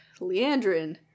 Leandrin